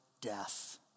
death